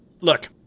Look